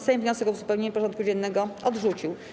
Sejm wniosek o uzupełnienie porządku dziennego odrzucił.